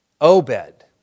Obed